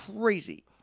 crazy